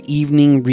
evening